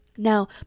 Now